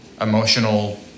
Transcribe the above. emotional